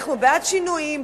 אנחנו בעד שינויים,